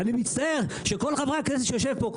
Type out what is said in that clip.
אני מצטער שכל חבר כנסת שיושב פה,